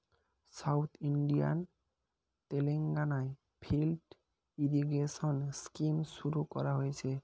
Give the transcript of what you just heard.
south ইন্ডিয়ার তেলেঙ্গানায় lift irrigation scheme শুরু করা হয়েছে